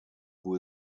who